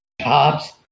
jobs